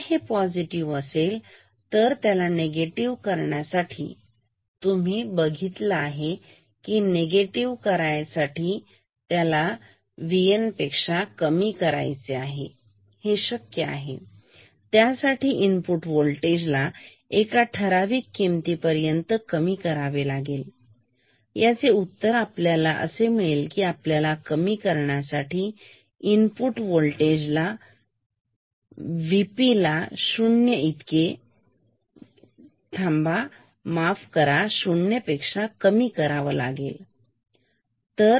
जर हे पॉझिटिव्ह असेल त्याला निगेटिव्ह कसे करायचे तर तुम्ही बघितले आहे की ही निगेटिव करायचे पेक्षा कमी करायचे ही शक्य आहे त्यासाठी इनपुट वोल्टेज चला एका ठराविक किमती पर्यंत कमी करावा लागेल तर याचे उत्तर आहे आपल्याला कमी करायचे आहे कमी करायचे आहे इनपुट वोल्टेज आता ते कसे त्यासाठी आपल्याला VP ला शून्य इतके माफ करा पेक्षा कमी करावा लागेल